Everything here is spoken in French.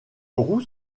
roux